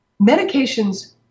medications